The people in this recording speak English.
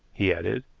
he added,